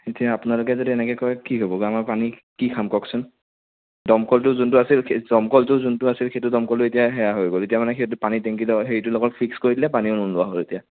এতিয়া আপোনালোকে যদি এনেকৈ কয় কি হ'বগৈ আমাৰ পানী কি খাম কওকচোন দমকলটো যোনটো আছিল দমকলটো যোনটো আছিল সেইটো দমকলো এতিয়া সেয়া হৈ গ'ল এতিয়া মানে সেইটো পানী টেংকিটোৰ লগত হেৰিটোৰ লগত ফিক্স কৰি দিলে পানীও নোলোৱা হ'ল এতিয়া